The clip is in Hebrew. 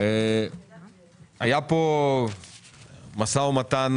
היה פה משא ומתן